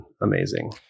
amazing